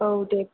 औ दे